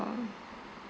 your